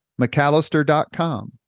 McAllister.com